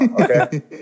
okay